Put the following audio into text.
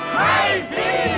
Crazy